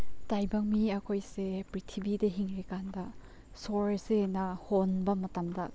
ꯇꯥꯏꯕꯪ ꯃꯤ ꯑꯩꯈꯣꯏꯁꯦ ꯄ꯭ꯔꯤꯊꯤꯕꯤꯗ ꯍꯤꯡꯂꯤꯀꯥꯟꯗ ꯁꯣꯔꯁꯤꯅ ꯍꯣꯟꯕ ꯃꯇꯝꯗ